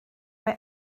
mae